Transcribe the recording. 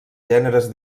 gèneres